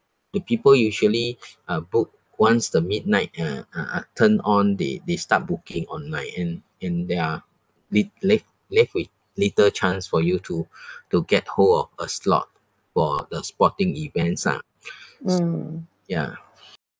the people usually uh book once the midnight uh uh uh turned on they they start booking online and and they are lit~ left left wth little chance for you to to get hold of a slot for the sporting events ah ya